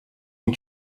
and